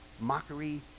mockery